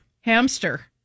Hamster